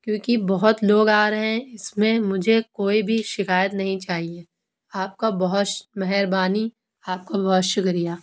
کیوںکہ بہت لوگ آ رہے ہیں اس میں مجھے کوئی بھی شکایت نہیں چاہیے آپ کا بہت شو مہربانی آپ کا بہت شکریہ